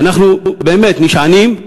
ואנחנו באמת נשענים,